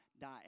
die